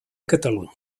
catalunya